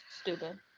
Stupid